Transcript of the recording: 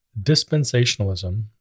dispensationalism